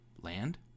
land